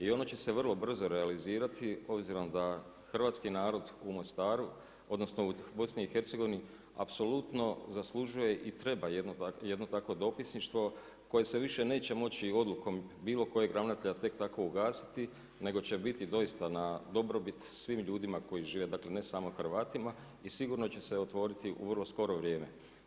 I ono će se vrlo brzo realizirati obzirom da hrvatski narod u Mostaru, odnosno u BiH-u apsolutno zaslužuje i treba jedno takvo dopisništvo koje se više neće moći odlukom bilo kojeg ravnatelja tek tako ugasiti nego će biti doista na dobrobit svim ljudima koji žive, dakle ne samo Hrvatima i sigurno će se otvoriti u vrlo skoro vrijeme.